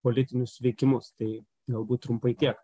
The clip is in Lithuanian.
politinius veikimus tai galbūt trumpai tiek